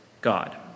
God